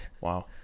Wow